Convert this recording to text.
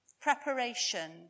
preparation